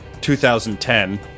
2010